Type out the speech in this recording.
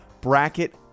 bracket